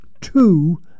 two